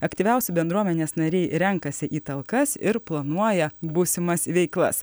aktyviausi bendruomenės nariai renkasi į talkas ir planuoja būsimas veiklas